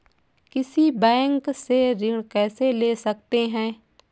किसी बैंक से ऋण कैसे ले सकते हैं?